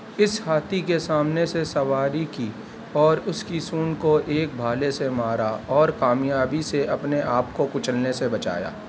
اِس ہاتھی کے سامنے سے سواری کی اور اِس کی سونڈ کو ایک بھالے سے مارا اور کامیابی سے اپنے آپ کو کُچلنے سے بچایا